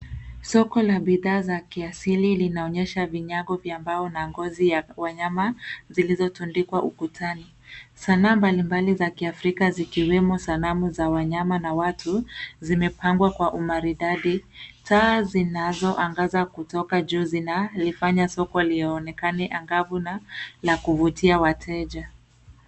Soko la bidhaa za kiasili linaonyesha vinyago vya mbao na ngozi ya wanyama zilizotundikwa ukutani. Sanaa mbali mbali za Kiafrika zikiwemo sanamu za wanyama na watu zimepangwa kwa umaridadi. Taa zinazoangaza kutoka juu zinalifanya soko lionekane angavu na la kuvutia wateja.